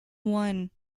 one